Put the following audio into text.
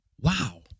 Wow